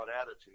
attitude